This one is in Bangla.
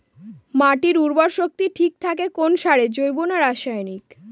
মাটির উর্বর শক্তি ঠিক থাকে কোন সারে জৈব না রাসায়নিক?